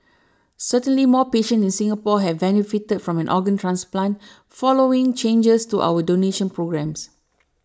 certainly more patients in Singapore have benefited from an organ transplant following changes to our donation programmes